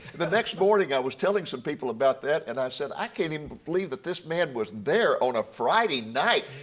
the next morning i was telling some people about that and i said, i can't even but believe that this man was there on a friday night.